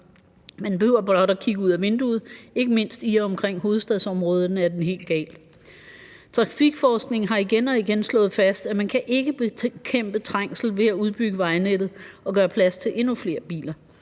Man behøver blot at kigge ud ad vinduet, ikke mindst i og omkring hovedstadsområdet er den helt gal. Trafikforskningen har igen og igen slået fast, at man ikke kan bekæmpe trængsel ved at udbygge vejnettet og gøre plads til endnu flere biler.